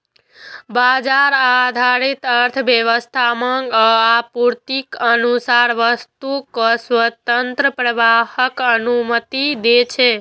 बाजार आधारित अर्थव्यवस्था मांग आ आपूर्तिक अनुसार वस्तुक स्वतंत्र प्रवाहक अनुमति दै छै